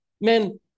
men